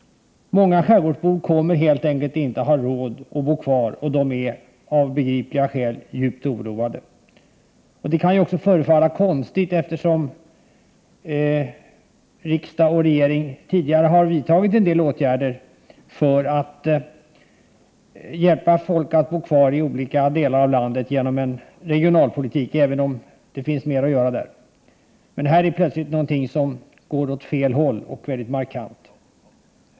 Många skärgårdsbor kommer helt enkelt inte att ha råd att bo kvar i sina hus. Av begripliga skäl är de djupt oroade. Det som nu diskuteras kan förefalla konstigt, eftersom riksdag och regering tidigare har vidtagit en del regionalpolitiska åtgärder för att möjliggöra att människor i olika delar av landet kan bo kvar i sina hus — visserligen kan ännu mera göras i det avseendet. Men här kan vi plötsligt notera något som går åt fel håll och som dessutom är väldigt markant.